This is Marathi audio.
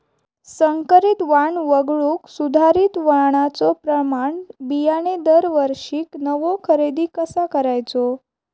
संकरित वाण वगळुक सुधारित वाणाचो प्रमाण बियाणे दरवर्षीक नवो खरेदी कसा करायचो?